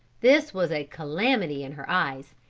this was a calamity in her eyes.